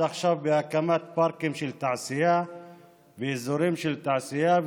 עכשיו מהקמת פארקים של תעשייה ואזורי תעשייה,